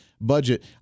budget